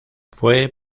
fue